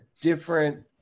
different